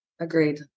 Agreed